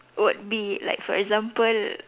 would be like for example